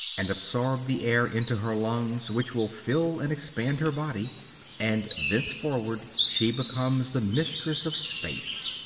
and absorb the air into her lungs, which will fill and expand her body and thenceforward she becomes the mistress of space.